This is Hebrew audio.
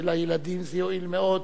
ולילדים זה יועיל מאוד,